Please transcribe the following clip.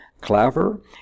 Claver